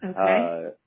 Okay